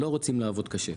לא רוצים לעבוד קשה.